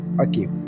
Okay